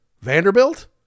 vanderbilt